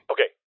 Okay